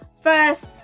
First